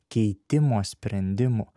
keitimo sprendimų